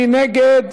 מי נגד?